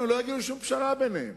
הם לא יגיעו לשום פשרה ביניהם.